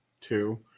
Two